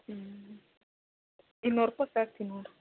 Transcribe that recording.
ಹ್ಞೂ ಇನ್ನೂರು ರೂಪಾಯಿ ತಗೊಳ್ತೀನಿ ನೋಡಿರಿ